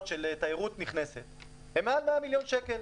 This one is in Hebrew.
של תיירות נכנסת הם מעל 100 מיליון שקל?